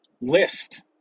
list